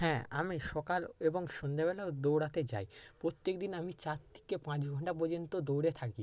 হ্যাঁ আমি সকাল এবং সন্ধে বেলাও দৌড়াতে যাই প্রত্যেক দিন আমি চার থেকে পাঁচ ঘন্টা পর্যন্ত দৌড়ে থাকি